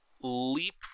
leap